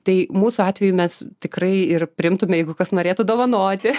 tai mūsų atveju mes tikrai ir priimtume jeigu kas norėtų dovanoti